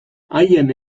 haien